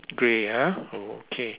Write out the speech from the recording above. grey ah okay